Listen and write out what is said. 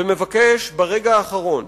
ומבקש ברגע האחרון: